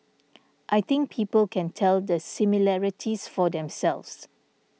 I think people can tell the similarities for themselves